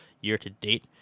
year-to-date